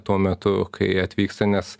tuo metu kai atvyksta nes